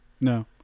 No